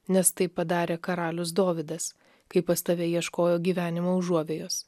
nes tai padarė karalius dovydas kai pas tave ieškojo gyvenimo užuovėjos